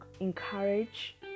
encourage